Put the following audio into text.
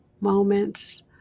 moments